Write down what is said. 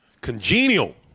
congenial